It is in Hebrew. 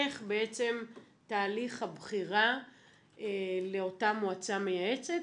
איך בעצם תהליך הבחירה לאותה מועצה מייעצת